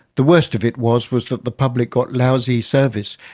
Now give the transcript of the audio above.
the worst of it was was that the public got lousy service,